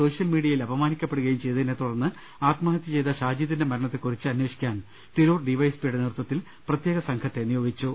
social മീഡിയയിൽ അപമാനിക്കപ്പെടുകയും ചെയ്തതിനെ തുടർന്ന് ആത്മഹത്യ ചെയ്ത ഷാജിദിന്റെ മരണത്തെക്കുറിച്ച് അന്വേഷിക്കാൻ തിരൂർ ഡിവൈഎസ്പിയുടെ നേതൃത്വത്തിൽ പ്രത്യേക സംഘത്തെ നിയോഗിച്ചു